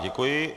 Děkuji.